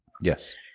Yes